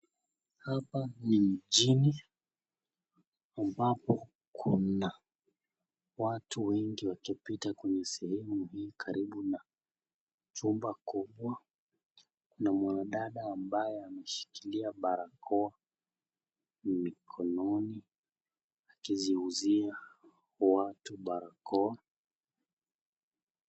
Hapa ni mjini ambapo kuna watu wengi wakipita kwenye sehemu hii karibu na jumba kubwa na mwanadada ambaye ameshikilia barakoa mikononi akiziuzia watu barakoa.